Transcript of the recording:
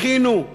אחינו,